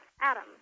Adam